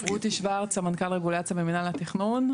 אני סמנכ"לית רגולציה במינהל התכנון.